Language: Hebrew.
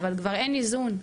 אבל כבר אין איזון.